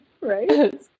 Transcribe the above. right